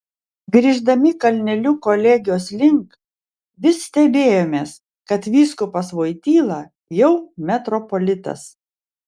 grįždami kalneliu kolegijos link vis stebėjomės kad vyskupas voityla jau metropolitas